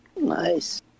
Nice